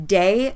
day